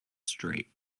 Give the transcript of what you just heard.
straight